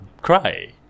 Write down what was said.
Cry